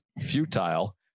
futile